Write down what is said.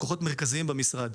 לקוחות מרכזיים במשרד.